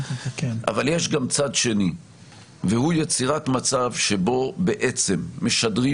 אבל יש גם צד שני והוא יצירת מצב שבו בעצם משדרים